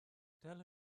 tell